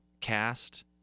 cast